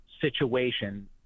situation